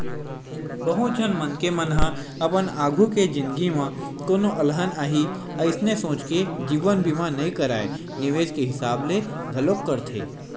बहुत झन मनखे मन ह अपन आघु के जिनगी म कोनो अलहन आही अइसने सोच के जीवन बीमा नइ कारय निवेस के हिसाब ले घलोक करथे